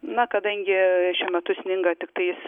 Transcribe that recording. na kadangi šiuo metu sninga tiktais